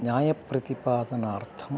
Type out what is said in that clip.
न्यायप्रतिपादनार्थम्